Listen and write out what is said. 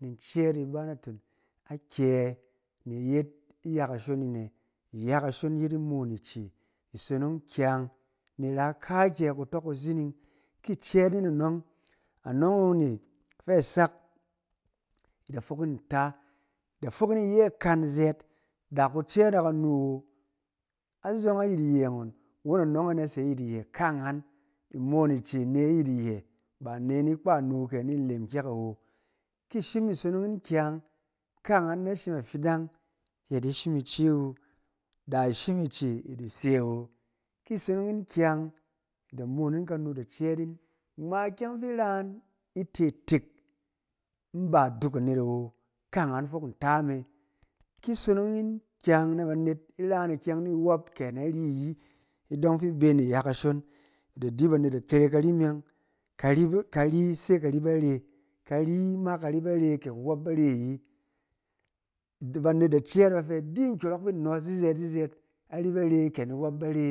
In cɛɛt ni ba naton akyɛ ne yet iya kashon in ɛ? Iya kashon yet imoon ice, isonong kukyang ni in ra kaakyɛ kuto kuzining. Ki icɛɛt yin anɔng, anɔng e ne fɛ a sak yin nta, da fok yin iyɛ kan zɛɛt, da kucɛɛt na kanu awo, azɔng ayit iyɛ ngɔn, won anɔng e na se ayɛt iyɛ akaangan. Imoon ice ne aƴɛt iyɛ, ba i ne ni kpa anu kɛ ni ilem kyɛk awo. Ki i shim isonong yin kyang, kaangan na shim afidan ke da di shim ice wu, da i shim ice ni se awo. Ki sonong yin kyang, da moon ni kanu da cɛɛt yin, ngma ikyɛng fi i ra yin i te tek, in ba aduk anet awo kaangan fok nta me. Ki sonong yin kyang na banet i ra yin ikyɛng ni wɔp, kɛ nari ayi idɔng fi i bɛ ni iya kashon, da di banet da tere kari me yɔng. Kari-ba kari se kari bare, kari ma kari bare kɛ kuwɔp bare ayi. Banet da cɛɛt ba fɛ di nkyɔrɔng fin nɔs zizɛɛt zizɛɛt nari bare kɛ ni wɔp bare,